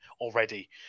already